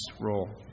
role